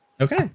Okay